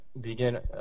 begin